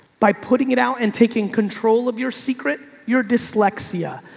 by putting it out and taking control of your secret, your dyslexia,